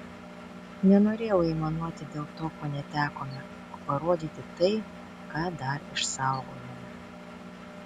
nenorėjau aimanuoti dėl to ko netekome o parodyti tai ką dar išsaugojome